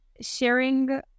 sharing